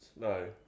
no